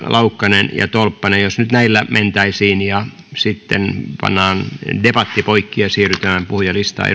laukkanen ja tolppanen jos nyt näiltä mentäisiin ja sitten pannaan debatti poikki ja siirrytään puhujalistaan